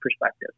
perspective